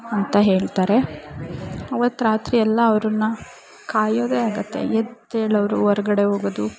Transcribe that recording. ಅಂತ ಹೇಳ್ತಾರೆ ಅವತ್ತು ರಾತ್ರಿಯೆಲ್ಲಾ ಅವ್ರನ್ನು ಕಾಯೋದೆ ಆಗುತ್ತೆ ಎದ್ದೇಳೋವ್ರು ಹೊರ್ಗಡೆ ಹೋಗೋದು